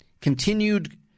continued